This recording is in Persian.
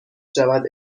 شود